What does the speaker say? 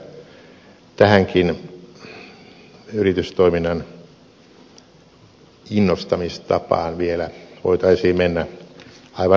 toivoisin että tähänkin yritystoiminnan innostamistapaan vielä voitaisiin mennä aivan lähiaikoina